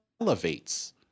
elevates